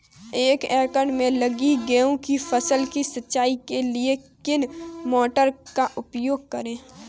एक एकड़ में लगी गेहूँ की फसल की सिंचाई के लिए किस मोटर का उपयोग करें?